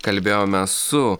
kalbėjomės su